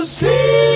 see